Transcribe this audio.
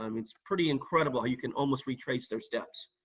um it's pretty incredible how you can almost retrace their steps.